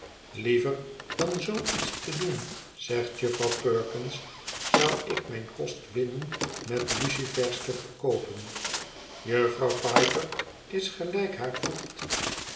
liever dan zoo iets te doen zegt jufvrouw perkins zou ik mijn kost winnen met lucifers te verkoopen jufvrouw piper is gelijk haar voegt